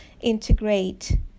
integrate